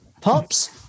Pops